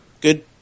Good